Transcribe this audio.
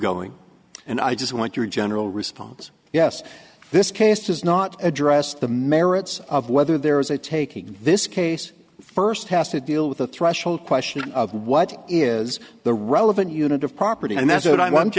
going and i just want your general response yes this case does not address the merits of whether there is a taking this case first has to deal with the threshold question of what is the relevant unit of property and that's what i